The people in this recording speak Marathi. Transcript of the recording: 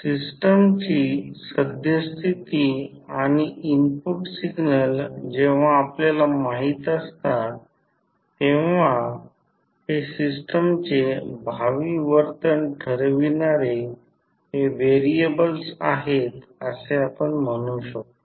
सिस्टमची सद्यस्थिती आणि इनपुट सिग्नल जेव्हा आपल्याला माहित असतात तेव्हा हे सिस्टमचे भावी वर्तन ठरविणारे हे व्हेरिएबल्स आहेत असे आपण म्हणू शकतो